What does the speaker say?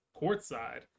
courtside